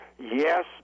Yes